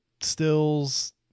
Stills